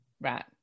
Right